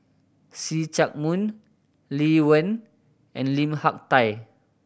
See Chak Mun Lee Wen and Lim Hak Tai